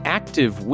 active